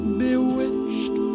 bewitched